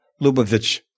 Lubavitch